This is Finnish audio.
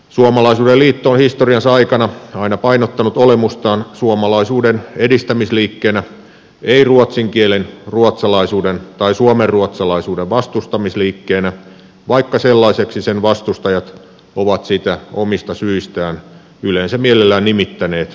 suomalaisuuden liitto on historiansa aikana aina painottanut olemustaan suomalaisuuden edistämisliikkeenä ei ruotsin kielen ruotsalaisuuden tai suomenruotsalaisuuden vastustamisliikkeenä vaikka sellaiseksi sen vastustajat ovat sitä omista syistään yleensä mielellään nimittäneet ja nimittävät